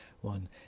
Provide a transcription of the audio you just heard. one